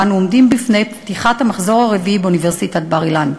ואנו עומדים בפני פתיחת המחזור הרביעי באוניברסיטת בר-אילן.